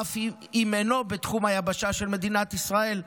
אף אם אינו בתחום היבשה של מדינת ישראל".